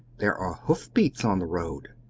there are hoof-beats on the road!